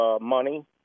money